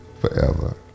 forever